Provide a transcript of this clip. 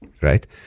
right